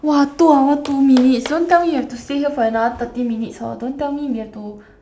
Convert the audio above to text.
!wah! two hour two minutes don't tell me we have to stay here for another thirty minutes hor don't tell me we have to